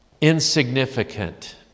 insignificant